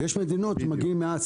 ויש מדינות שמגיעים מעט,